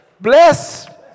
Bless